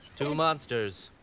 two monsters,